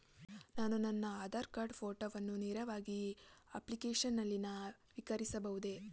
ನಾನು ನನ್ನ ಆಧಾರ್ ಕಾರ್ಡ್ ಫೋಟೋವನ್ನು ನೇರವಾಗಿ ಅಪ್ಲಿಕೇಶನ್ ನಲ್ಲಿ ನವೀಕರಿಸಬಹುದೇ?